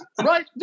Right